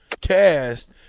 cast